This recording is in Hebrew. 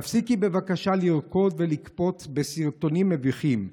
תפסיקי בבקשה לרקוד ולקפוץ וסרטונים מביכים.